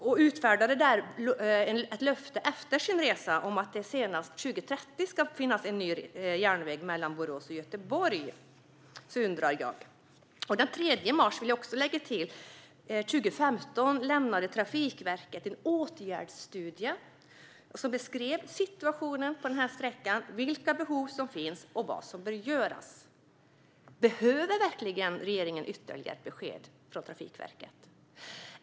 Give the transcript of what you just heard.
Efter sin resa utfärdade hon ett löfte om att det senast 2030 ska finnas en ny järnväg mellan Borås och Göteborg. Den 3 mars 2015 lämnade Trafikverket en åtgärdsstudie som beskrev situationen på denna sträcka, vilka behov som finns och vad som bör göras. Behöver verkligen regeringen ytterligare ett besked från Trafikverket?